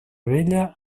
vella